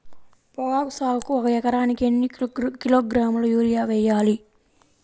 పొగాకు సాగుకు ఒక ఎకరానికి ఎన్ని కిలోగ్రాముల యూరియా వేయాలి?